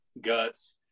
guts